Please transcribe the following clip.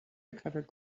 recovered